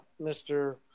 Mr